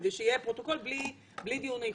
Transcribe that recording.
כדי שיהיה פרוטוקול בלי דיון איכותי.